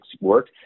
work